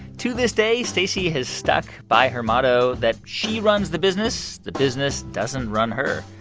to this day, stacy has stuck by her motto that she runs the business. the business doesn't run her.